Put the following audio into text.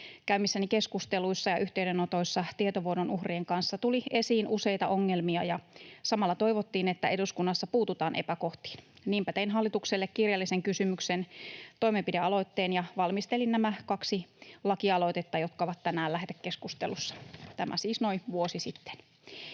Käymissäni keskusteluissa ja yhteydenotoissa tietovuodon uhrien kanssa tuli esiin useita ongelmia, ja samalla toivottiin, että eduskunnassa puututaan epäkohtiin. Niinpä tein hallitukselle kirjallisen kysymyksen ja toimenpidealoitteen ja valmistelin nämä kaksi lakialoitetta, jotka ovat tänään lähetekeskustelussa. Tämä siis noin vuosi sitten.